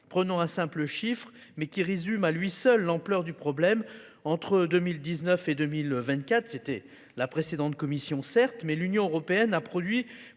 Prenons un simple chiffre, mais qui résume à lui seul l'ampleur du problème entre 2019 et 2024, c'était la précédente commission certes, mais l'Union européenne a produit